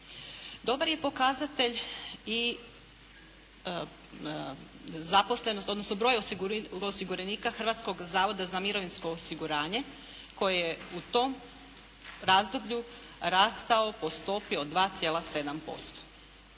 Dobar je pokazatelj i zaposlenost odnosno broj osiguranika Hrvatskog zavoda za mirovinsko osiguranje koji je u tom razdoblju rastao po stopi od 2,7%.